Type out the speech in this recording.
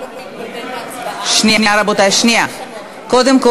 יושב-ראש הכנסת חבר הכנסת יולי אדלשטיין, הצבעת?